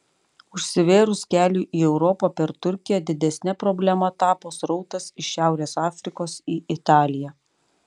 užsivėrus keliui į europą per turkiją didesne problema tapo srautas iš šiaurės afrikos į italiją